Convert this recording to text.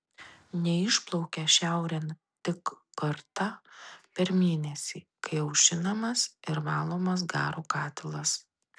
neišplaukia šiaurėn tik kartą per mėnesį kai aušinamas ir valomas garo katilas